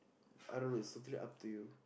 I don't know it's totally up to you